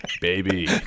Baby